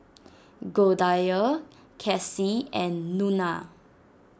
Goldia Kassie and Nona